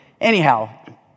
Anyhow